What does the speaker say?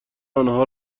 آنها